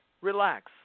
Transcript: Relax